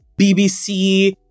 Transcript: BBC